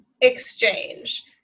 exchange